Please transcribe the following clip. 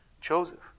Joseph